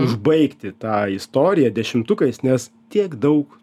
užbaigti tą istoriją dešimtukais nes tiek daug